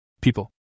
people